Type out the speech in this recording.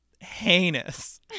Heinous